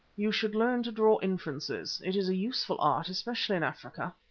you should learn to draw inferences. it is a useful art, especially in africa.